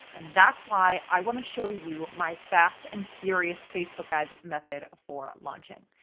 and that's why i want to show you my fast and furious facebook ads method for launching.